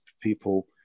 people